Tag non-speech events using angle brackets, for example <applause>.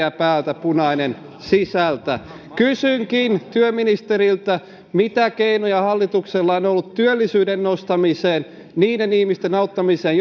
vihreä päältä punainen sisältä kysynkin työministeriltä mitä keinoja hallituksella on on ollut työllisyyden nostamiseen niiden ihmisten auttamiseen <unintelligible>